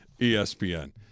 ESPN